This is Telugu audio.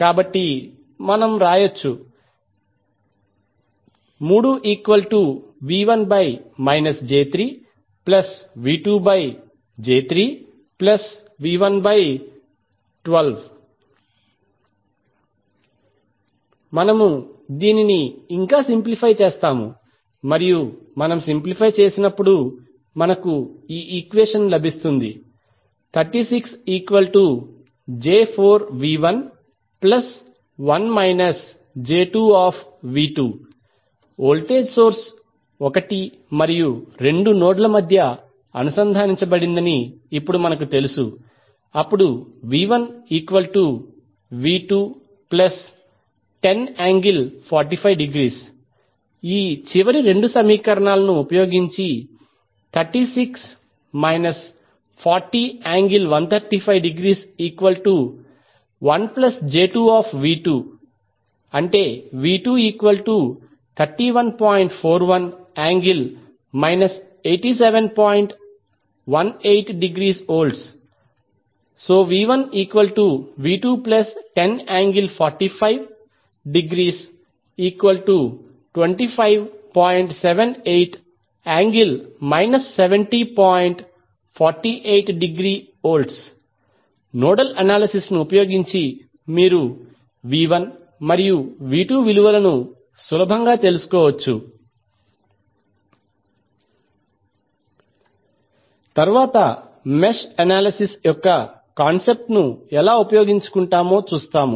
కాబట్టి మనము వ్రాయవచ్చు మనము దీనిని ఇంకా సింప్లిఫై చేస్తాము మరియు మనము సింప్లిఫై చేసినప్పుడు మనకు ఈ ఈక్వేషన్ లభిస్తుంది వోల్టేజ్ సోర్స్ 1 మరియు 2 నోడ్ల మధ్య అనుసంధానించ బడిందని ఇప్పుడు మనకు తెలుసు చివరి రెండు సమీకరణాలను ఉపయోగించి నోడల్ అనాలిసిస్ ను ఉపయోగించి మీరు మరియు విలువలను సులభంగా తెలుసుకోవచ్చు తరువాత మెష్ అనాలిసిస్ యొక్క కాన్సెప్ట్ ను ఎలా ఉపయోగించుకుంటామో చూస్తాము